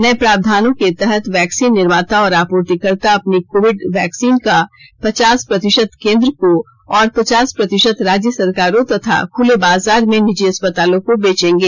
नए प्रावधानों के तहत वैक्सीन निर्माता और आपूर्तिकर्ता अपनी कोविड वैक्सीन का पचास प्रतिशत केन्द्र को और पचास प्रतिशत राज्य सरकारो तथा खुले बाजार में निजी अस्पतालों को बेचेंगे